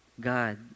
God